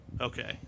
Okay